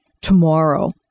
tomorrow